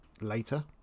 later